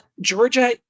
Georgia